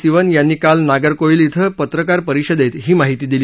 सिवन यांनी काल नागरकोविल ाे पत्रकार परिषदेत ही माहिती दिली